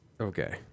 Okay